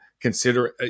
consider